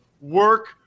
work